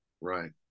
Right